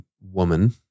woman